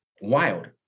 Wild